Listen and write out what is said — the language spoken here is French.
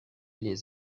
les